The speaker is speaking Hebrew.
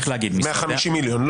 150,000,000,